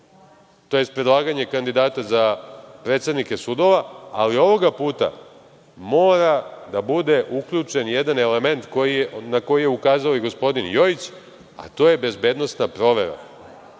odnosno predlaganje kandidata za predsednike sudova, ali ovog puta, mora da bude uključen jedan element na koji je ukazao i gospodin Jojić, a to je bezbednosna provera. Ne